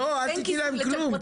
לא, אל תתני להם כלום.